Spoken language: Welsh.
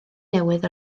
newydd